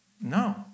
No